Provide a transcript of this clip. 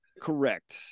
Correct